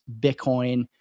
Bitcoin